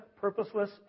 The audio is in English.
purposeless